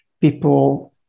people